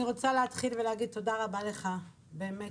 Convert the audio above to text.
אני רוצה להתחיל ולהגיד: תודה רבה לך באמת,